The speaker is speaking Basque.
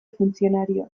funtzionarioek